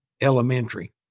elementary